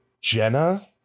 Jenna